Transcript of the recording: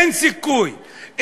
אין סיכוי.